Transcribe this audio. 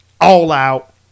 all-out